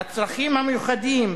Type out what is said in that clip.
בצרכים המיוחדים,